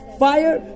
fire